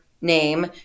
name